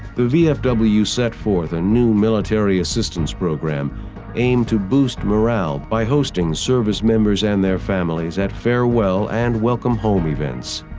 the vfw set forth a new military assistance program aimed to boost morale by hosting service members and their families at farewell and welcome home events.